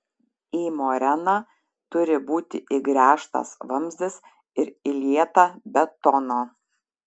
į moreną turi būti įgręžtas vamzdis ir įlieta betono